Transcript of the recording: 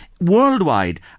worldwide